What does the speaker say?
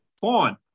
fine